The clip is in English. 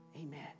Amen